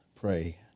pray